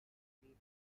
үгүй